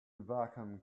vacuum